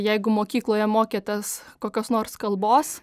jeigu mokykloje mokėtės kokios nors kalbos